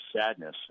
sadness